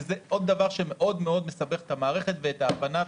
וזה עוד דבר שמאוד מאוד מסבך את המערכת ואת ההבנה.